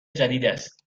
جدیداست